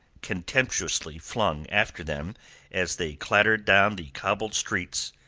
contemptuously flung after them as they clattered down the cobbled street,